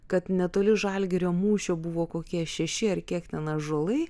kad netoli žalgirio mūšio buvo kokie šeši ar kiek ten ąžuolai